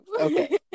Okay